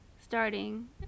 starting